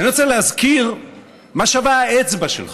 אני רוצה להזכיר מה שווה האצבע שלך.